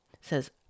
says